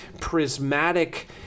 prismatic